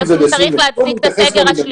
אבל יש לה ערך מעבר לעובדה הכלכלית,